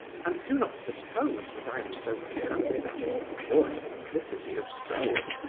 and do not suppose that i am so candid out of pure simplicity of soul.